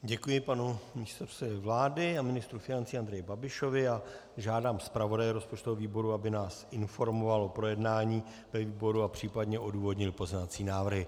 Děkuji panu místopředsedovi vlády a ministru financí Andreji Babišovi a žádám zpravodaje rozpočtového výboru, aby nás informoval o projednání ve výboru a případně odůvodnil pozměňovací návrhy.